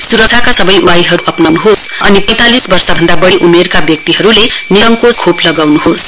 सुरक्षाका सबै उपायहरू अपनाउनुहोस् अनि पैंतालीस वर्षभन्दा बढ़ी उमेरका सबै मानिसहरूले निसन्देह खोप लगाउनुहोस्